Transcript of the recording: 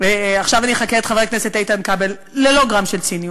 עכשיו אני אחקה את חבר הכנסת איתן כבל: ללא גרם של ציניות.